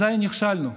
אזי נכשלנו.